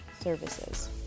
services